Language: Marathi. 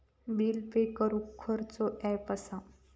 बिल पे करूक खैचो ऍप असा?